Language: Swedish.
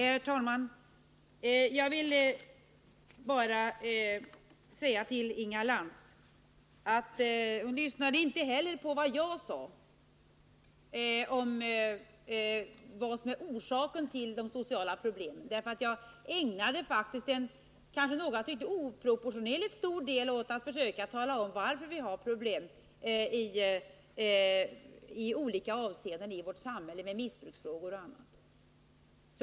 Herr talman! Jag vill bara säga till Inga Lantz att hon tydligen inte lyssnade på vad jag sade om orsakerna till de sociala problemen. Men jag ägnade faktiskt en stor — oproportionerligt stor, kanske några tycker — del av mitt anförande åt att försöka tala om varför vi i vårt samhälle har problem i olika avseenden med missbruksfrågor och annat.